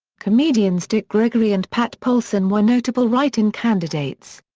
comedians dick gregory and pat paulsen were notable write-in candidates.